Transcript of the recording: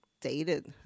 dated